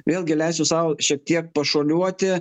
vėlgi leisiu sau šiek tiek pašuoliuoti